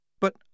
But